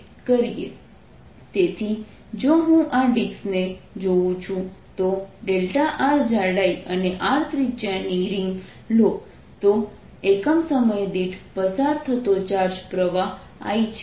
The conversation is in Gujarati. Bz 0I2 r2r2z232 તેથી જો હું આ ડિસ્ક ને જોઉં છું તો r જાડાઈ અને r ત્રિજ્યા ની રિંગ લો તો એકમ સમય દીઠ પસાર થતો ચાર્જ પ્રવાહ I છે